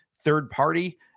third-party